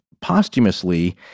posthumously